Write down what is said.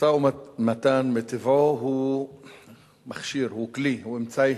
משא-ומתן מטבעו הוא מכשיר, הוא כלי, הוא אמצעי.